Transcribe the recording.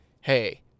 hey